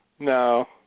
No